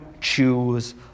choose